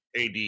AD